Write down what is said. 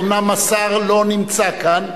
אומנם השר לא נמצא כאן,